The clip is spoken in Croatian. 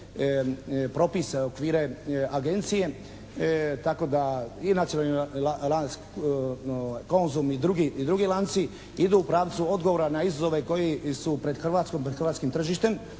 propise, okvire agencije tako da i nacionalni lanac, Konzum i drugi lanci idu u pravcu odgovora na izazove koji su pred Hrvatskom, pred hrvatskim tržištem,